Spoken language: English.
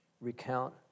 recount